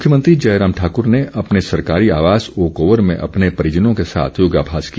मुख्यमंत्री जयराम ठाकर ने अपने सरकारी आवास ओक ओवर में अपने परिजनों के साथ योगाभ्यास किया